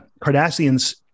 Cardassians